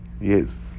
Yes